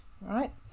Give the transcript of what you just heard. Right